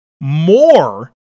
more